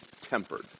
tempered